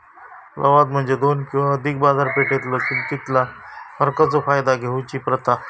लवाद म्हणजे दोन किंवा अधिक बाजारपेठेतलो किमतीतला फरकाचो फायदा घेऊची प्रथा